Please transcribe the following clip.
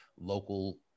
local